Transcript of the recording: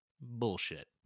Bullshit